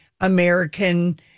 American